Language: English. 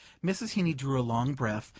mrs. heeny drew a long breath,